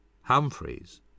Humphreys